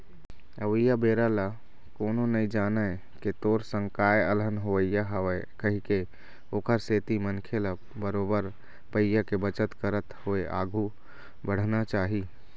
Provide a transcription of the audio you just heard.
अवइया बेरा ल कोनो नइ जानय के तोर संग काय अलहन होवइया हवय कहिके ओखर सेती मनखे ल बरोबर पइया के बचत करत होय आघु बड़हना चाही